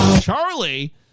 Charlie